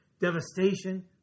Devastation